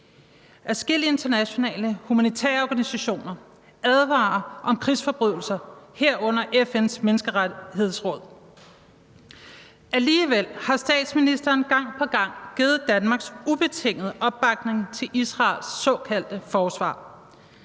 Adskillige internationale humanitære organisationer advarer om krigsforbrydelser, herunder FN's Menneskerettighedsråd. Alligevel har statsministeren gang på gang givet Danmarks ubetingede opbakning til Israels såkaldte forsvar.